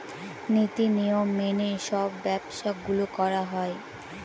নীতি নিয়ম মেনে সব ব্যবসা গুলো করা হয়